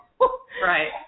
Right